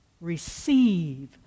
Receive